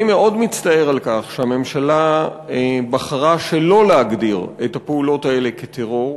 אני מאוד מצטער על כך שהממשלה בחרה שלא להגדיר את הפעולות האלה כטרור.